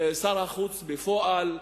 שר החוץ בפועל,